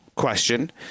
question